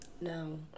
no